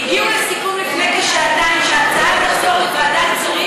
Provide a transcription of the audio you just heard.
הגיעו לסיכום לפני כשעתיים שההצעה תחזור לוועדת שרים,